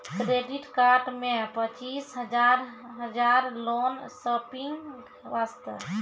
Credit card मे पचीस हजार हजार लोन शॉपिंग वस्ते?